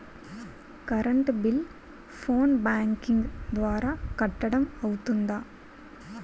Current bill phone banking ద్వారా కట్టడం అవ్తుందా?